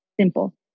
simple